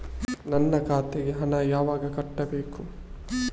ನನ್ನ ಖಾತೆಗೆ ಹಣ ಯಾವಾಗ ಕಟ್ಟಬೇಕು?